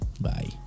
bye